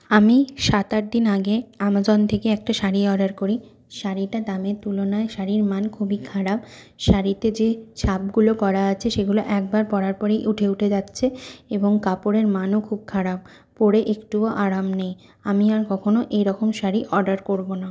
আমি সাত আট দিন আগে অ্যামাজন থেকে একটা শাড়ি অর্ডার করি শাড়িটা দামের তুলনায় শাড়ির মান খুবই খারাপ শাড়িতে যে ছাপগুলো করা আছে সেগুলো একবার পরার পরেই উঠে উঠে যাচ্ছে এবং কাপড়ের মানও খুব খারাপ পরে একটুও আরাম নেই আমি আর কখনও এইরকম শাড়ি অর্ডার করবো না